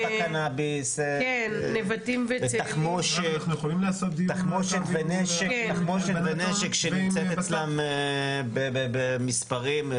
הקנאביס ותחמושת ונשק שנמצאים אצלם במספרים,